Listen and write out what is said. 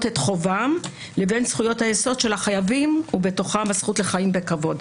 את חובם לבין זכויות היסוד של החייבים ובהם הזכות לחיים בכבוד.